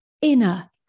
inner